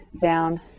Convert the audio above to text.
down